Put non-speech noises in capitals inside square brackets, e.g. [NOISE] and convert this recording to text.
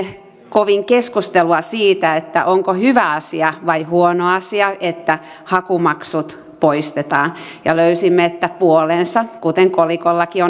kovin keskustelua siitä että onko hyvä asia vai huono asia että hakumaksut poistetaan ja löysimme että puolensa kuten kolikollakin [UNINTELLIGIBLE]